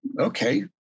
okay